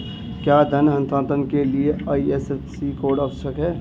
क्या धन हस्तांतरण के लिए आई.एफ.एस.सी कोड आवश्यक है?